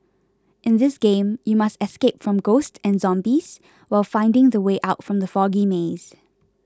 in this game you must escape from ghosts and zombies while finding the way out from the foggy maze